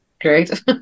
great